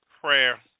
prayer